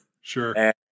Sure